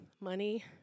money